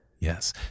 Yes